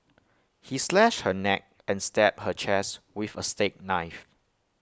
he slashed her neck and stabbed her chest with A steak knife